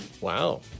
Wow